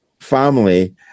family